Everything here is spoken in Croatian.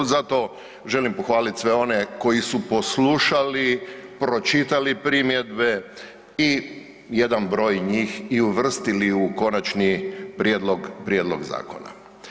Zato želim pohvaliti sve one koji su poslušali, pročitali primjedbe i jedan broj njih i uvrstili u konačni prijedlog zakona.